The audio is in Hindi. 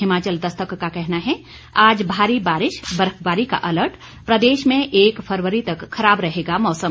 हिमाचल दस्तक का कहना है आज भारी बारिश बर्फबारी का अलर्ट प्रदेश में एक फरवरी तक खराब रहेगा मौसम